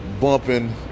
bumping